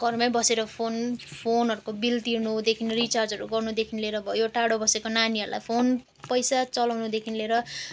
घरमा बसेर फोन फोनहरूको बिल तिर्नुदेखि रिचार्जहरू गर्नुदेखि लिएर भयो टाढो बसेको नानीहरूलाई फोन पैसा चलाउनुदेखि लिएर